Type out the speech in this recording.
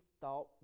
thought